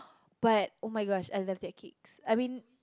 but oh-my-gosh I love their cakes I mean